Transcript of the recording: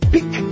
Pick